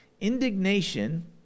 Indignation